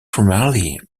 primarily